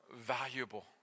valuable